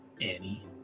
Annie